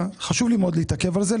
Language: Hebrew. חשוב לי מאוד להתעכב על זה,